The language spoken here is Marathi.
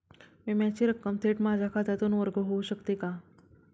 विम्याची रक्कम थेट माझ्या खात्यातून वर्ग होऊ शकते का?